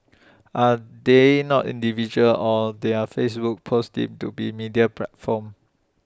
are they not individuals or their Facebook posts deemed to be media platforms